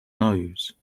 nose